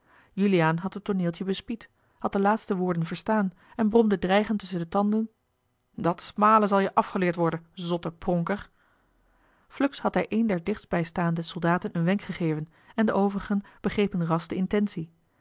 juliaan had het tooneeltje bespied had de laatste woorden verstaan en bromde dreigend tusschen de tanden dat smalen zal je afgeleerd worden zotte pronker fluks had hij een der dichtstbijstaande soldaten een wenk gegeven en de overigen begrepen ras de intentie